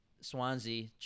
Swansea